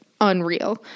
unreal